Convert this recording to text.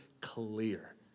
clear